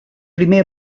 primer